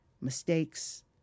mistakes